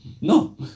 No